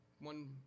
One